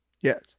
Yes